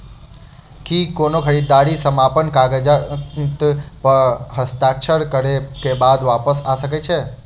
की कोनो खरीददारी समापन कागजात प हस्ताक्षर करे केँ बाद वापस आ सकै है?